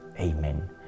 amen